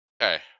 Okay